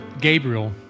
Gabriel